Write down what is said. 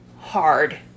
hard